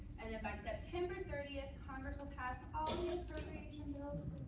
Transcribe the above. and then, by september thirtieth, congress will pass all you know